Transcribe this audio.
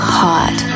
hot